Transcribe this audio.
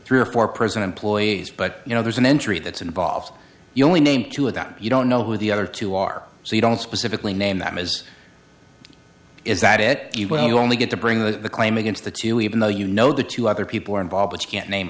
three or four present employees but you know there's an entry that's involved you only name to it that you don't know who the other two are so you don't specifically name that ms is that it you only get to bring the claim against the two even though you know the two other people are involved but you can't name